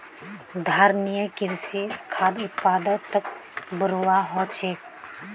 धारणिये कृषि स खाद्य उत्पादकक बढ़ववाओ ह छेक